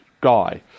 guy